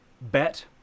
bet